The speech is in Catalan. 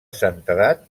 santedat